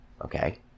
Okay